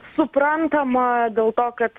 suprantama dėl to kad